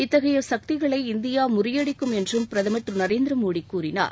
இத்தகைய சக்திகளை இந்தியா முறியடிக்கும் என்றம் பிரதமர் திரு நரேந்திர மோடி கூறினார்